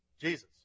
Jesus